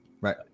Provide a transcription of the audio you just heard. Right